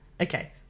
Okay